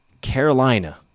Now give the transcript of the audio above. Carolina